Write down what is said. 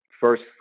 first